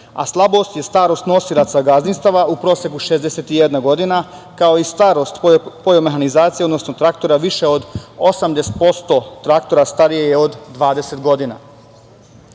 a slabost je starost nosilaca gazdinstava u proseku 61 godina, kao i starost mehanizacije, odnosno traktora više od 80% traktora starije je od 20